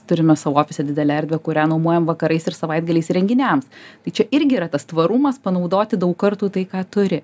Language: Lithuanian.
turime savo ofise didelę erdvę kurią nuomojam vakarais ir savaitgaliais renginiams tai čia irgi yra tas tvarumas panaudoti daug kartų tai ką turi